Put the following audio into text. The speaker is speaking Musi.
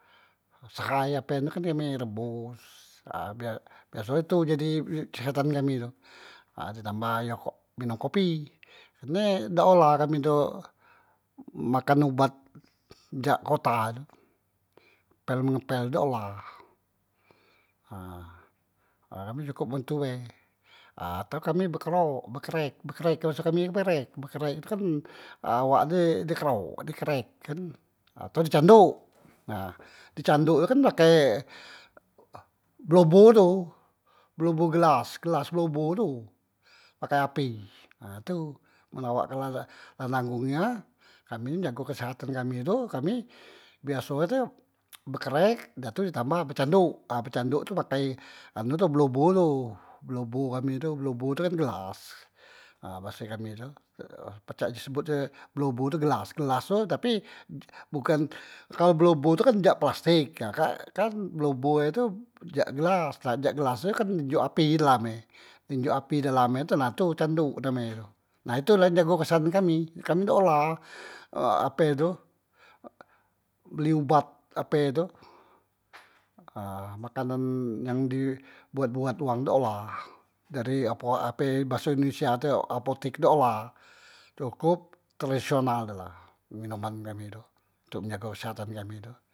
Sehai ape anu kan kami rebos, ha bias- biaso e tu jadi kesehatan kami tu ha di tambah ayo minum kopi, kerne dak olah kami tu makan ubat jak kota tu, pel mengepel dak olah nah nah kami cukup mun itu be, ha kami cukup bekerok bekerek, bekerek baso kami tu bekerek, bekerek tu kan awak ni di kerok di kerek kan ato di candok nah, di candok tu kan pake bloboh tu, bloboh gelas, gelas bloboh tu pake api, nah tu men awak kak la nanggong nia kami ni jago kesehatan kami tu kami biaso e tu bekerek dah tu di tambah be candok, ha becandok tu pakai tu anu tu bloboh tu, bloboh kami tu bloboh kan gelas ha base kami tu pacak di sebot je bloboh tu gelas, gelas tu tapi di bukan kalo bloboh tu kan jak plastik nah kak kan bloboh e tu jak gelas, na jak gelas tu kan njok api delame, di njok api dalam e tu nah tu candok name e tu, ha tu ntok jage kesehatan kami, kami dak olah he ape tu e beli ubat ape tu, ha makanan yang di buat- buat uwang tu dak olah dari apo ape baso indonesia tu apotik tu dak olah cukup tradisional tu la minuman kami tu ntok menjago kesehatan kami tu.